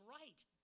right